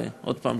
עוד פעם,